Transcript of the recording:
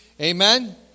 Amen